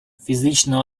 фізична